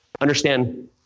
understand